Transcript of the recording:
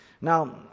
Now